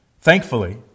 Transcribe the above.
Thankfully